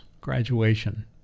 graduation